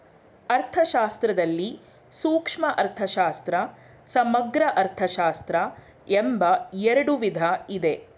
ಅರ್ಥಶಾಸ್ತ್ರದಲ್ಲಿ ಸೂಕ್ಷ್ಮ ಅರ್ಥಶಾಸ್ತ್ರ, ಸಮಗ್ರ ಅರ್ಥಶಾಸ್ತ್ರ ಎಂಬ ಎರಡು ವಿಧ ಇದೆ